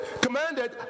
commanded